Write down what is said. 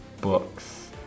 books